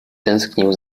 tęsknił